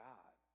God